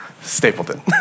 Stapleton